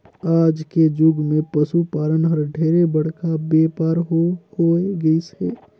आज के जुग मे पसु पालन हर ढेरे बड़का बेपार हो होय गईस हे